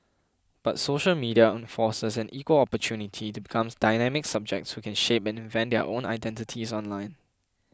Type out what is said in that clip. but social media enforces an equal opportunity to becomes dynamic subjects who can shape and invent their own identities online